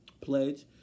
pledge